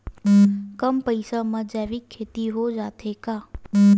कम पईसा मा जैविक खेती हो जाथे का?